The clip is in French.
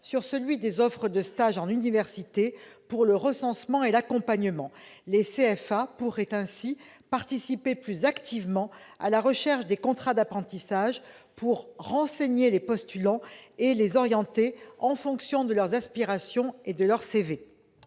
sur celui des offres de stage en université- recensement et accompagnement. Les CFA pourraient en effet, je le répète, participer plus activement à la recherche des contrats d'apprentissage pour renseigner les postulants et les orienter en fonction de leurs aspirations et de leur CV.